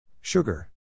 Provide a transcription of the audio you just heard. Sugar